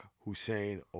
Hussein